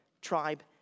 tribe